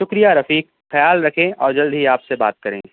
شکریہ رفیق خیال رکھیں اور جلد ہی آپ سے بات کریں گے